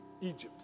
Egypt